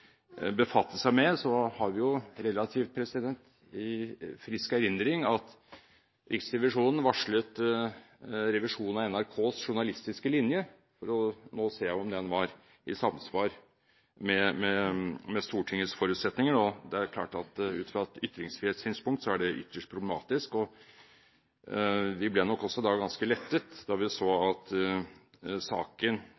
befatte seg med, har vi i relativt frisk erindring at Riksrevisjonen varslet revisjon av NRKs journalistiske linje for å se om den var i samsvar med Stortingets forutsetninger. Det er klart at ut fra et ytringsfrihetssynspunkt var det ytterst problematisk. Vi ble også ganske lettet da vi så